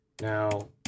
Now